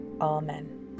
Amen